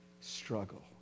struggle